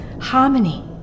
harmony